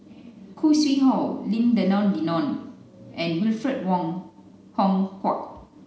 Khoo Sui Hoe Lim Denan Denon and Alfred Wong Hong Kwok